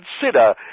consider